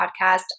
Podcast